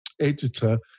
editor